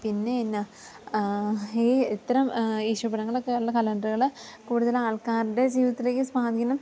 പിന്നെ എന്നാ ഈ ഇത്തരം ഈശോ പടങ്ങളൊക്കെയുള്ള കലണ്ടറുകൾ കൂടുതൽ ആൾക്കാരുടെ ജീവിതത്തിലേക്ക് സ്വാധീനം